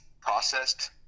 processed